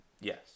Yes